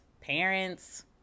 parents